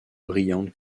brillante